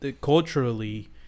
culturally